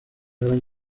gran